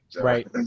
Right